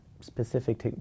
specific